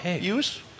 use